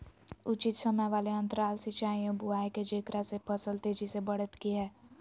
उचित समय वाले अंतराल सिंचाई एवं बुआई के जेकरा से फसल तेजी से बढ़तै कि हेय?